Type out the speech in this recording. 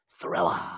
Thrilla